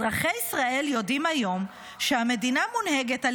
אזרחי ישראל יודעים היום שהמדינה מונהגת על